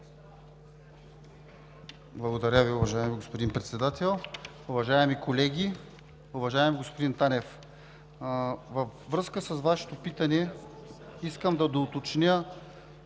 Благодаря Ви. Уважаеми господин Председател, уважаеми колеги! Уважаеми господин Танев, във връзка с Вашето питане искам да доуточня,